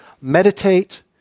meditate